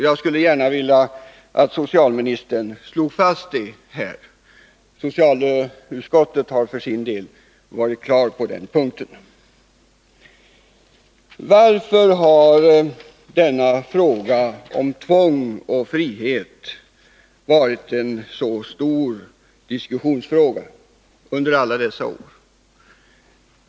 Jag skulle vilja att socialministern slog fast det här. Socialutskottet har för sin del klart tagit ställning på den punkten. Varför har då detta om tvång och frihet varit en så stor diskussionsfråga under alla dessa år?